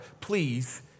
please